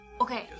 Okay